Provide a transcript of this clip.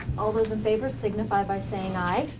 all those in favor signify by saying aye.